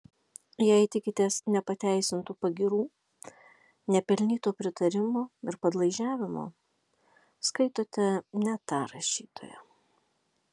jei tikitės nepateisintų pagyrų nepelnyto pritarimo ir padlaižiavimo skaitote ne tą rašytoją